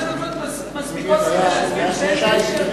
חמש דקות מספיקות לו כדי להסביר שאין